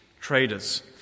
traders